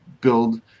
build